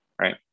right